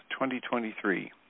2023